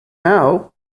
now